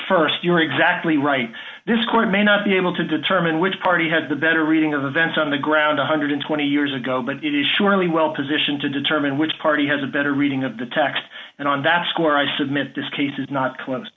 search st you're exactly right this court may not be able to determine which party had the better reading of events on the ground one hundred and twenty years ago but it is surely well positioned to determine which party has a better reading of the text and on that score i submit this case is not close